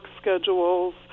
schedules